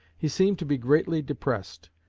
he seemed to be greatly depressed,